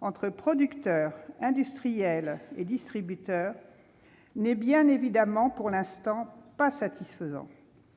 entre producteurs, industriels et distributeurs n'est bien évidemment, pour l'instant, pas satisfaisant.